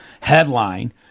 headline-